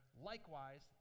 Likewise